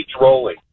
rolling